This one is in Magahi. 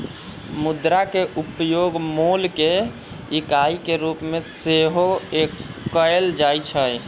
मुद्रा के उपयोग मोल के इकाई के रूप में सेहो कएल जाइ छै